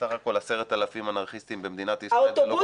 בסך הכול 10,000 אנרכיסטים במדינת ישראל זה לא כל כך הרבה.